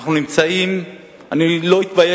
הוא אמר: אני לא מבין,